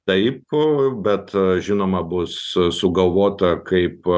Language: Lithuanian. taip bet žinoma bus sugalvota kaip